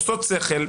עושות שכל,